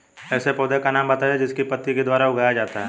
ऐसे पौधे का नाम बताइए जिसको पत्ती के द्वारा उगाया जाता है